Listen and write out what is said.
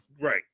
Right